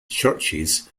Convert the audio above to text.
churches